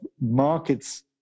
markets